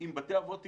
אם בתי האבות יקרסו,